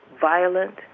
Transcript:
violent